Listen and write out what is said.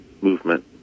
movement